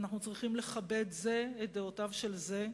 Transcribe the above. ואנחנו צריכים לכבד זה את דעותיו של זה,